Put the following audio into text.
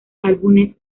álbumes